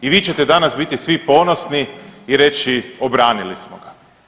I vi ćete danas biti svi ponosni i reći obranili smo ga.